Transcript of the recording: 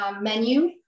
menu